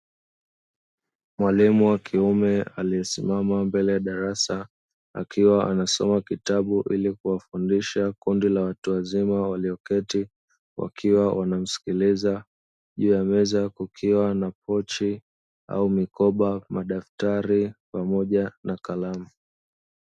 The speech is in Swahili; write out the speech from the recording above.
Mwalimu wa kiume aliyesimama mbele ya darasa, anasoma kitabu ili kuwafundisha kundi la watu wazima, walioketi wakiwa wanamsikiliza juu ya meza zao kukiwa na pochi au mikoba, madaftari pamoja na kalamu.